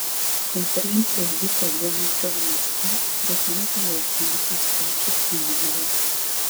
konferencija vyko guangdžou mieste trečiame pagal gyventojų skaičių kinijoje